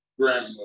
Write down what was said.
grandmother